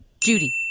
Judy